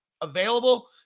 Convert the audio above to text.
available